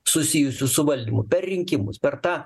susijusiu su valdymu per rinkimus per tą